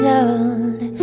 old